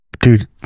Dude